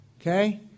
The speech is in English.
okay